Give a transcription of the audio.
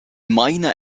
meina